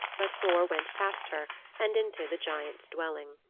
but thor went past her and into the giant's dwelling.